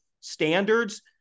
standards